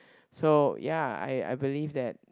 so ya I I believe that